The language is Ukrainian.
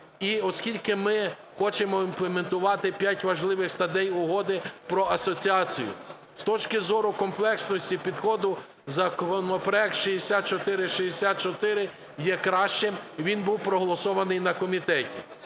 оскільки ми хочемо імплементувати п'ять важливих статей Угоди про асоціацію, з точки зору комплексності підходу законопроект 6464 є кращим, він був проголосований на комітеті.